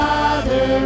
Father